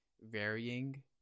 varying